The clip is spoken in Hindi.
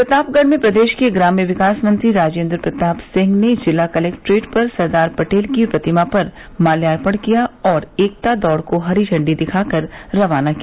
प्रतापगढ़ में प्रदेश के ग्राम्य विकास मंत्री राजेन्द्र प्रताप सिंह ने जिला कलेक्ट्रेट पर सरदार पटेल की प्रतिमा पर माल्यार्पण किया और एकता दौड़ को हरी झंडी दिखाकर रवाना किया